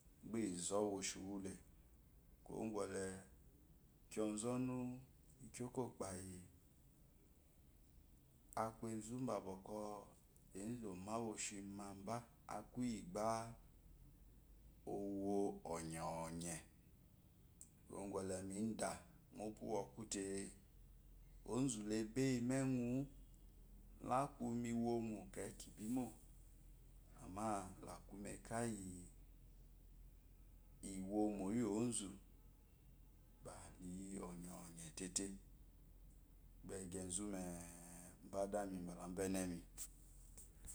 Ba iza woshi wule kúwo kwole kyo ɔzɔnu kyo oyopáyiaku ezu ba bɔko ɔmá woshi maba aku iyi bá owoó ɔyeye kuwokwo le mi da mu opú woku te ozu le ye mu ewawú la kumi womo keki bi mo amma lakumu zka iy iwomo iyi ozu ba liyi oyeye teté gbee gye zu me ba dami ba la ubenemi.